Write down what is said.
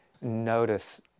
notice